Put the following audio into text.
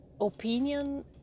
opinion